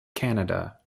canada